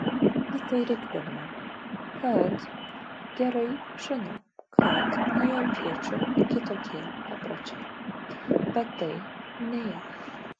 į tai riktelėjo kad gerai žino kad niujorkiečių kitokie papročiai bet tai ne jai